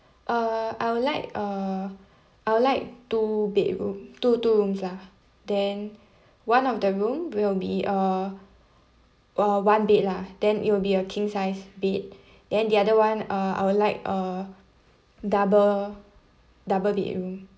uh I would like err I will like would bedroom two two rooms ah then one of the room will be uh uh one bed lah then it will be a king sized bed then the other one uh I will like a double double bed room